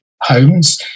homes